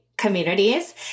communities